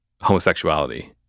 homosexuality